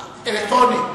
אלקטרוני.